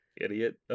Idiot